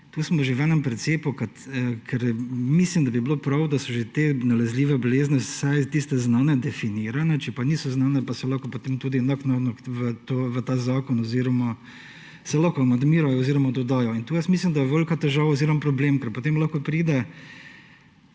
tu smo že v enem precepu, ker mislim, da bi bilo prav, da so že te nalezljive bolezni, vsaj tiste znane, definirane. Če pa niso znane, pa so lahko potem tudi naknadno v ta zakon oziroma se lahko amandmirajo oziroma dodajo. Tu mislim, da je velika težava oziroma problem, ker potem lahko pride